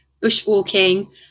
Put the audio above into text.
bushwalking